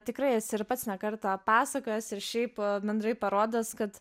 tikrai esi ir pats ne kartą pasakojęs ir šiaip bendrai parodęs kad